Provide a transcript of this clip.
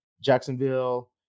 Jacksonville